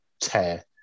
tear